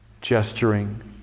gesturing